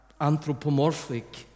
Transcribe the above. anthropomorphic